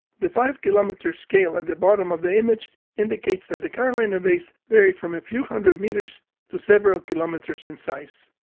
the five kilometer scale at the bottom of the image indicates that the carolina bays vary from a few hundred meters to several kilometers in size.